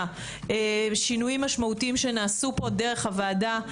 שינויים משמעותיים שנעשו פה דרך הוועדה.